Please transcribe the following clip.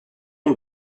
and